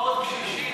בקצבאות קשישים.